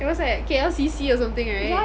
it was like at K_L_C_C or something right